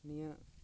ᱱᱤᱭᱟᱹ